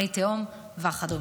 מי תהום וכדומה.